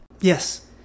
Yes